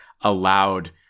allowed